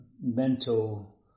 mental